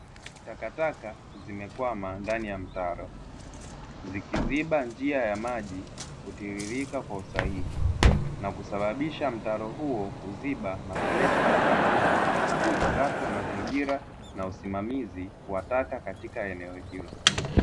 Takataka zimekwama ndani ya mtaro zikiziba njia ya maji kutiririka kwa usahihi, na kusababisha mtaro huo kuziba na kuleta changamoto katika usafi wa mazingira na usimamizi wa taka katika eneo hilo.